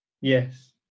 Yes